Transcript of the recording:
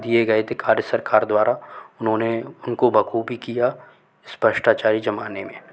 दिए गए थे कार्य सरकार द्वारा उन्होंने उनको बख़ूबी किया इस भ्रष्टाचारी ज़माने में